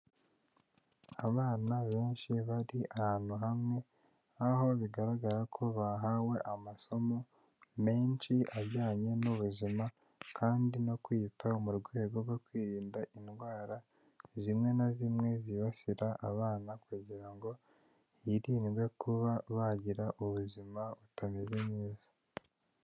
Abana benshi bari ahantu hamwe, aho bigaragara ko bahawe amasomo menshi ajyanye n'ubuzima kandi no kwiyitaho mu rwego rwo kwirinda indwara zimwe na zimwe zibasira abana kugira ngo hirindwe kuba bagira ubuzima butameze neza.